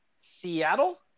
Seattle